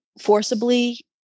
forcibly